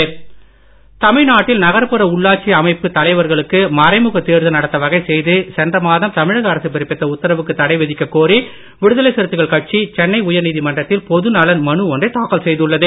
விடுதலை சிறுத்தைகள் தமிழ்நாட்டில் நகர்புற உள்ளாட்சி அமைப்பு தலைவர்களுக்கு மறைமுக தேர்தல் நடத்த வகை செய்து சென்ற மாதம் தமிழக அரசு பிறப்பித்த உத்தரவுக்கு தடை விதிக்க கோரி விடுதலை சிறுத்தைகள் கட்சி சென்னை உயர்நீதிமன்றத்தில் பொது நலன் மனு ஒன்றை தாக்கல் செய்துள்ளது